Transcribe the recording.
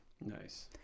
Nice